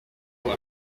vont